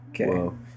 Okay